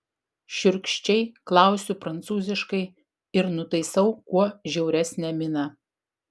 šiurkščiai klausiu prancūziškai ir nutaisau kuo žiauresnę miną